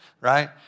right